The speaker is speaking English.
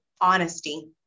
Honesty